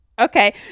Okay